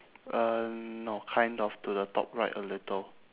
uh no kind of to the top right a little